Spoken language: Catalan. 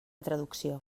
traducció